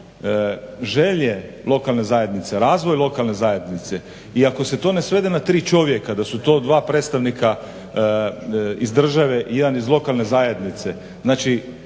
želje lokalne zajednice, razvoj lokalne zajednice i ako se to ne svede na tri čovjeka da su to dva predstavnika iz države i jedan iz lokalne zajednice znači